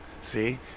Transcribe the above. See